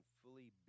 fully